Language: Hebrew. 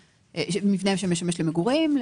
למגורים,